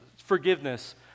Forgiveness